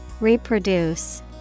Reproduce